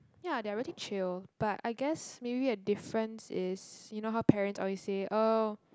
ya they're really chill but I guess maybe the difference is you know how parents always say oh